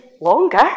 longer